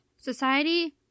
Society